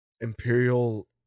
imperial